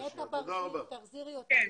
נטע בר זיו.